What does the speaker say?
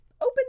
open